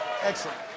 Excellent